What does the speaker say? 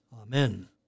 Amen